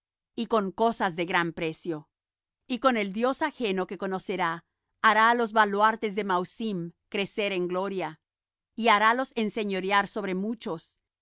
y con cosas de gran precio y con el dios ajeno que conocerá hará á los baluartes de mauzim crecer en gloria y harálos enseñorear sobre muchos